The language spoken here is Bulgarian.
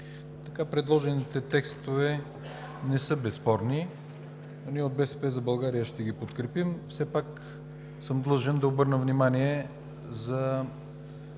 Така предложените текстове не са безспорни, но ние от „БСП за България“ ще ги подкрепим. Все пак съм длъжен да обърна внимание за